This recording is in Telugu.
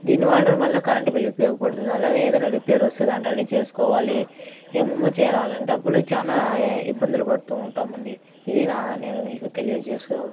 దీన్ని వాడడం వల్ల కరెంట్ బిల్ ఉపయోగపడు అలాగే ఏదన్న రిపేర్ వస్తే దాన్ని రెడీ చేసుకోవాలి ఏమేమో చేయాలి అలాంటప్పుడు చాలా ఇబ్బందులు పడుతూ ఉంటాం అండి ఇది నా నేను మీకు తెలియజేసేవల్సింది